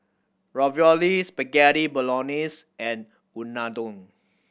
Ravioli Spaghetti Bolognese and Unadon